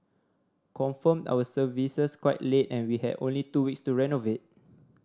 confirmed our services quite late and we had only two weeks to renovate